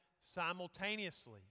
simultaneously